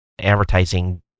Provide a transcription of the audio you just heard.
advertising